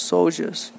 Soldiers